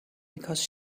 because